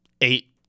eight